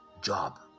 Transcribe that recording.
Job